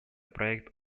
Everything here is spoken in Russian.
проект